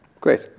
Great